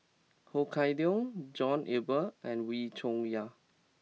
Ho Kah Leong John Eber and Wee Cho Yaw